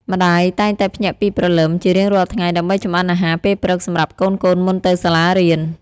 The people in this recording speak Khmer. ម្តាយតែងតែភ្ញាក់ពីព្រឹកព្រលឹមជារៀងរាល់ថ្ងៃ ដើម្បីចម្អិនអាហារពេលព្រឹកសម្រាប់កូនៗមុនទៅសាលារៀន។